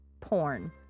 Porn